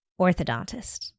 orthodontist